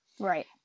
Right